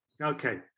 Okay